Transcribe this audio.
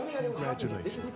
Congratulations